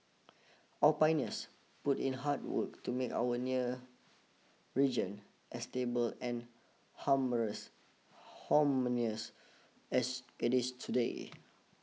our pioneers put in hard work to make our nearer region as stable and harmonious as it is today